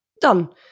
Done